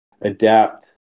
adapt